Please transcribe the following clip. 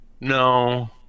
No